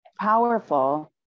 powerful